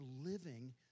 living